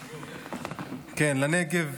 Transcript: לנגב.